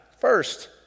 first